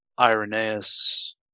irenaeus